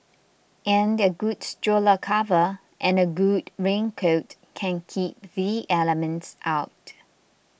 and a good stroller cover and good raincoat can keep the elements out